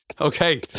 Okay